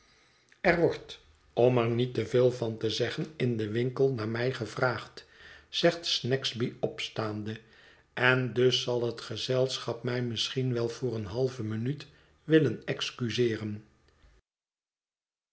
er wordt om er niet te veel van te zeggen in den winkel naar mij gevraagd zegt snagsby opstaande en dus zal het gezelschap mij misschien wel voor eene halve minuut willen excuseeren